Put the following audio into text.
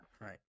Right